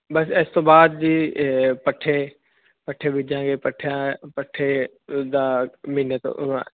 ਬਸ ਇਸ ਤੋਂ ਬਾਅਦ ਜੀ ਪੱਠੇ ਪੱਠੇ ਬੀਜਾਂਗੇ ਪੱਠਿਆਂ ਪੱਠੇ ਦਾ ਮਹੀਨੇ